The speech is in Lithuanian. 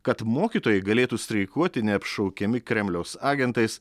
kad mokytojai galėtų streikuoti neapšaukiami kremliaus agentais